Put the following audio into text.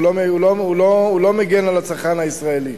הוא לא מגן על הצרכן הישראלי.